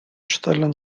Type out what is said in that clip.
stellen